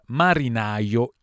marinaio